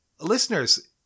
listeners